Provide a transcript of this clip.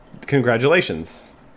congratulations